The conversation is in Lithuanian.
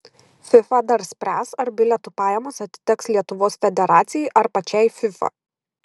fifa dar spręs ar bilietų pajamos atiteks lietuvos federacijai ar pačiai fifa